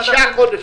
חמישה חודשים.